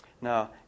Now